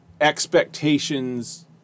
expectations